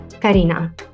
Karina